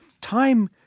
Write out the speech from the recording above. Time